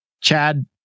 Chad